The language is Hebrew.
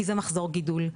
כי זה מחזור גידול,